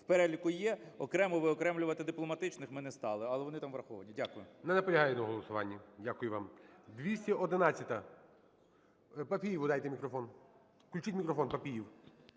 переліку є, окремо виокремлювати дипломатичних ми не стали, але вони там враховані. Дякую.